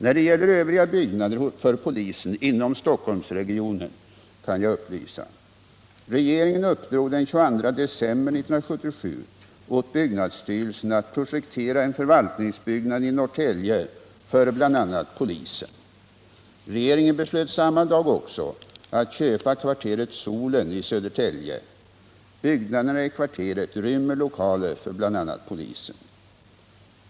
När det gäller övriga byggnader för polisen inom Stockholmsregionen kan jag lämna följande upplysningar. Regeringen uppdrog den 22 december 1977 åt byggnadsstyrelsen att projektera en förvaltningsbyggnad i Norrtälje för bl.a. polisen. Regeringen beslöt samma dag också att köpa kvarteret Solen i Södertälje. Byggnaderna i kvarteret rymmer lokaler för bl.a. polisen.